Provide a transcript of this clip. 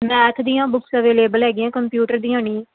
math ਦੀਆਂ books available ਹੈਗੀਆਂ computer ਦੀਆਂ ਨਹੀਂ